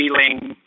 feeling